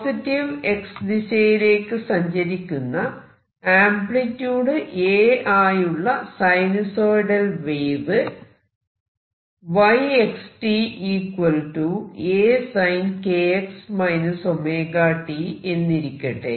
positive X ദിശയിലേയ്ക്കു സഞ്ചരിക്കുന്ന amplitude A ആയുള്ള സൈനുസോയിഡൽ വേവ് എന്നിരിക്കട്ടെ